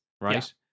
right